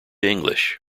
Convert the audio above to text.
english